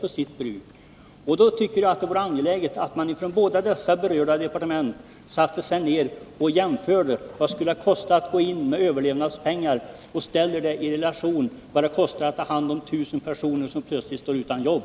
Därför är det angeläget att man från de båda berörda departementens sida sätter sig ned och gör en jämförelse mellan vad det skulle kosta att gå in med överlevnadspengar och vad det skulle kosta att ta hand om 1000 personer som plötsligt står utan jobb.